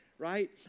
Right